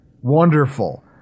Wonderful